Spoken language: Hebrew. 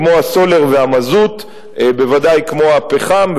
כמו הסולר והמזוט, בוודאי כמו הפחם.